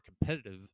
competitive